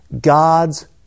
God's